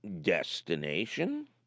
destination